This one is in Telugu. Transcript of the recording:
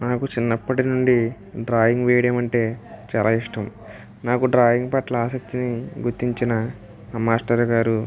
నాకు చిన్నప్పటి నుండి డ్రాయింగ్ వేయడం అంటే చాలా ఇష్టం నాకు డ్రాయింగ్ పట్ల ఆసక్తిని గుర్తించిన ఆ మాస్టర్ గారు